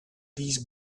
these